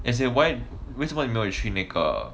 as in why 为什么你没有去那个